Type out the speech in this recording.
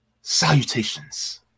salutations